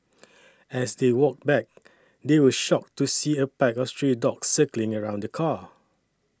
as they walked back they were shocked to see a pack of stray dogs circling around the car